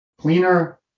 cleaner